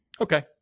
Okay